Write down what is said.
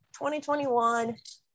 2021